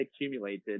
accumulated